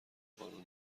قانون